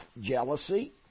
jealousy